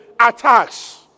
attacks